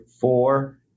four